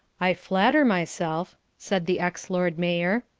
i flatter myself, said the ex-lord mayor,